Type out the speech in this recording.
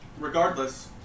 Regardless